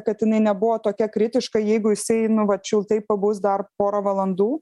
kad jinai nebuvo tokia kritiška jeigu jisai nu vat šiltai pabus dar porą valandų